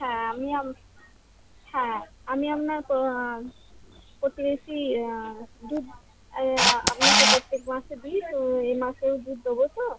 হ্যাঁ আমি আম হ্যাঁ আমি আপনার প্রতিবেশি দুধ আপনাকে প্রত্যেক মাসে দিই তো এই মাসেও দুধ দেবো তো